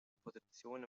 opposition